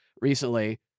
recently